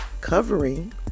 covering